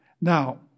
Now